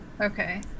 okay